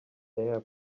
their